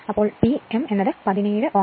അപ്പോൾ അതായത് P m 17